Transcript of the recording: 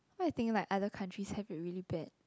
what I think like other countries have are really bad